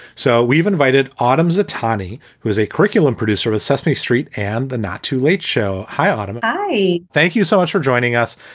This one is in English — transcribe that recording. so we've invited autumn's attorney, who is a curriculum producer of sesame street and the not too late show. hi, autumn bye. thank you so much for joining us.